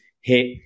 hit